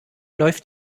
läuft